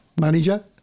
Manager